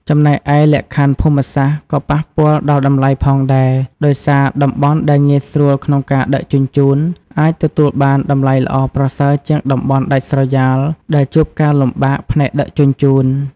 ចំណែកឯ លក្ខខណ្ឌភូមិសាស្ត្រ ក៏ប៉ះពាល់ដល់តម្លៃផងដែរ ដោយសារតំបន់ដែលងាយស្រួលក្នុងការដឹកជញ្ជូន អាចទទួលបានតម្លៃល្អប្រសើរជាងតំបន់ដាច់ស្រយាលដែលជួបការលំបាកផ្នែកដឹកជញ្ជូន។